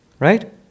Right